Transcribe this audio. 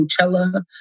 Coachella